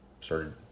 started